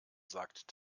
sagt